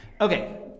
okay